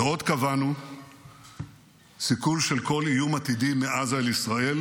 ועוד קבענו סיכול של כל איום עתידי מעזה לישראל